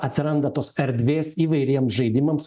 atsiranda tos erdvės įvairiems žaidimams